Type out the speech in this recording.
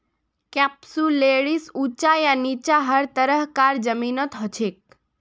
कैप्सुलैरिस ऊंचा या नीचा हर तरह कार जमीनत हछेक